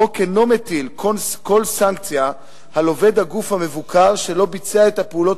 החוק אינו מטיל כל סנקציה על עובד הגוף המבוקר שלא ביצע את הפעולות